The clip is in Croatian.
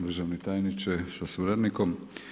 Državni tajniče sa suradnikom.